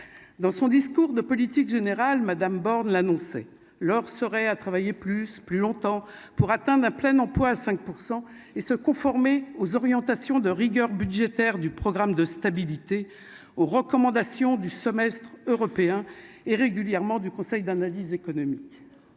dans son discours de politique générale, madame Borne l'annonçaient leur serait à travailler plus, plus longtemps, pour atteindre un plein emploi 5 % et se conformer aux orientations de rigueur budgétaire du programme de stabilité aux recommandations du semestre européen et régulièrement du Conseil d'analyse économique,